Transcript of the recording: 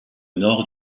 nord